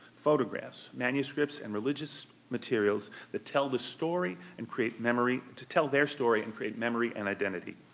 photographs, manuscripts, and religious materials that tell the story and create memory to tell their story and create memory and identity.